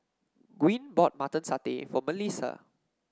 Gwyn bought Mutton Satay for Mellisa